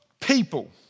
people